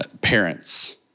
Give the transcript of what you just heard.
parents